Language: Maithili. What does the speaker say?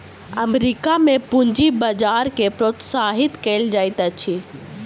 अमेरिका में पूंजी बजार के प्रोत्साहित कयल जाइत अछि